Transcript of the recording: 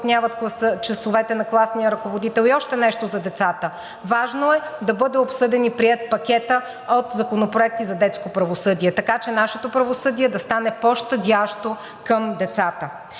– важно е да бъде обсъден и приет пакетът от законопроекти за детско правосъдие, така че нашето правосъдие да стане по-щадящо към децата.